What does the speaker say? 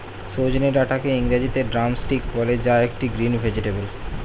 সজনে ডাটাকে ইংরেজিতে ড্রামস্টিক বলে যা একটি গ্রিন ভেজেটাবেল